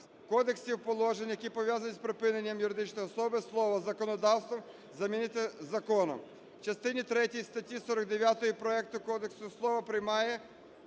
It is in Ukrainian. кодексі в положеннях, які пов'язані з припиненням юридичної особи, слово "законодавством" замінити "законом". В частині третій статті 49 проекту кодексу слово "приймає"